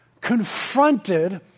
confronted